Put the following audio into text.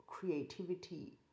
creativity